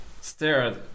stared